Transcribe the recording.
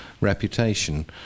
reputation